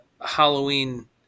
Halloween